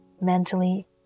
mentally